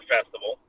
Festival